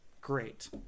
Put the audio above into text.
Great